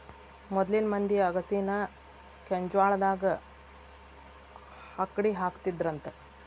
ಮೊದ್ಲಿನ ಮಂದಿ ಅಗಸಿನಾ ಕೆಂಜ್ವಾಳದಾಗ ಅಕ್ಡಿಹಾಕತ್ತಿದ್ರಂತ